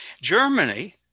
Germany